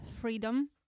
freedom